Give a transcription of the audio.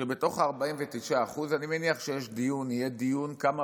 בתוך ה-49% אני מניח שיהיה דיון כמה